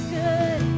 good